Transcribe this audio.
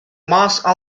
mosque